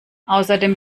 außerdem